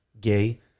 Gay